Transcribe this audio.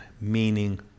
meaning